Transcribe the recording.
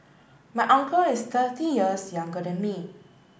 my uncle is thirty years younger than me